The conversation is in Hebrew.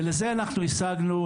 ולזה אנחנו השגנו,